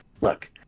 Look